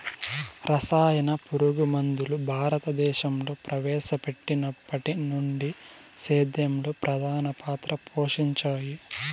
రసాయన పురుగుమందులు భారతదేశంలో ప్రవేశపెట్టినప్పటి నుండి సేద్యంలో ప్రధాన పాత్ర పోషించాయి